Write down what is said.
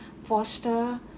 foster